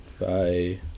Bye